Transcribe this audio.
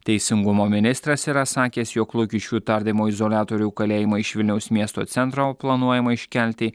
teisingumo ministras yra sakęs jog lukiškių tardymo izoliatorių kalėjimą iš vilniaus miesto centro planuojama iškelti